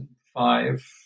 five